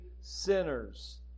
sinners